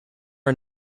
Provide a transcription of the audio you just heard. are